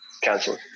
Cancel